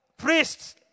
Priests